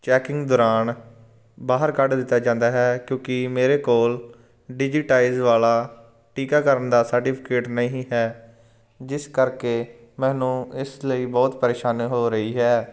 checking ਦੌਰਾਨ ਬਾਹਰ ਕੱਢ ਦਿੱਤਾ ਜਾਂਦਾ ਹੈ ਕਿਉਂਕੀ ਮੇਰੇ ਕੋਲ ਡਿਜੀਟਾਈਜ ਵਾਲਾ ਟੀਕਾਕਰਨ ਦਾ ਸਰਟੀਫਿਕੇਟ ਨਹੀਂ ਹੈ ਜਿਸ ਕਰਕੇ ਮੈਨੂੰ ਇਸ ਲਈ ਬਹੁਤ ਪ੍ਰੇਸ਼ਾਨੀ ਹੋ ਰਹੀ ਹੈ